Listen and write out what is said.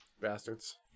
Bastards